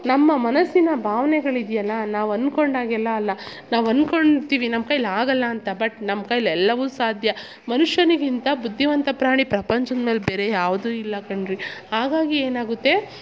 ನಮ್ಮ ಮನಸ್ಸಿನ ಭಾವ್ನೆಗಳಿದಿಯಲ್ಲ ನಾವು ಅಂದ್ಕೊಂಡಾಗೆಲ್ಲ ಅಲ್ಲ ನಾವು ಅಂದ್ಕೊಂಣ್ತಿವಿ ನಮ್ಮ ಕೈಲಿ ಆಗೋಲ್ಲ ಅಂತ ಬಟ್ ನಮ್ಮ ಕೈಲಿ ಎಲ್ಲವೂ ಸಾಧ್ಯ ಮನುಷ್ಯನಿಗಿಂತ ಬುದ್ದಿವಂತ ಪ್ರಾಣಿ ಪ್ರಪಂಚದ ಮೇಲ್ ಬೇರೆ ಯಾವುದು ಇಲ್ಲ ಕಣ್ರಿ ಹಾಗಾಗಿ ಏನಾಗುತ್ತೆ